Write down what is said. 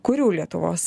kurių lietuvos